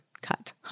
cut